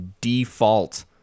default